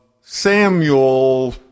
Samuel